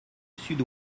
sud